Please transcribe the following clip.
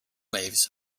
waves